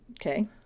Okay